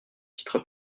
titre